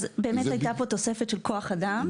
הייתה תוספת של כוח אדם.